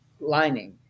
lining